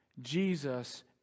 Jesus